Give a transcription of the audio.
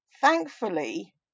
thankfully